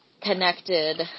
connected